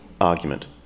argument